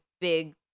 big